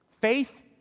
faith